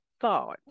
thoughts